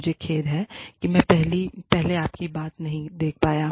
मुझे खेद है कि मैं पहले आपकी बात नहीं देख पा रहा था